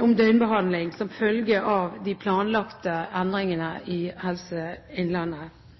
om døgnbehandling som følge av de planlagte endringene i Helse Innlandet.